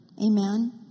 Amen